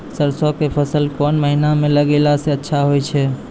सरसों के फसल कोन महिना म लगैला सऽ अच्छा होय छै?